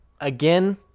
again